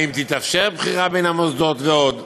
האם תתאפשר בחירה בין המוסדות ועוד.